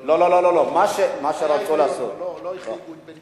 לא החריגו את בן-גוריון.